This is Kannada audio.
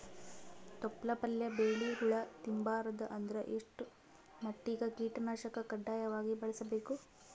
ತೊಪ್ಲ ಪಲ್ಯ ಬೆಳಿ ಹುಳ ತಿಂಬಾರದ ಅಂದ್ರ ಎಷ್ಟ ಮಟ್ಟಿಗ ಕೀಟನಾಶಕ ಕಡ್ಡಾಯವಾಗಿ ಬಳಸಬೇಕು?